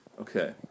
Okay